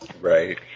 Right